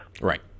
Right